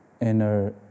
inner